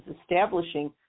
establishing